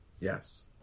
Yes